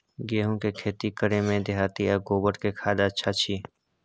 गेहूं के खेती करे में देहाती आ गोबर के खाद अच्छा छी?